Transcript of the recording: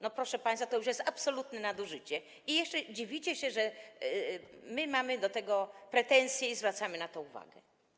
No, proszę państwa, to już jest absolutne nadużycie i jeszcze dziwicie się, że my mamy o to pretensje i zwracamy na to uwagę.